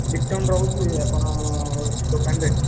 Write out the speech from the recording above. return ରହୁଛି ଆପଣଙ୍କ ଦୋକାନରେ